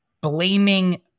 blaming